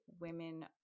women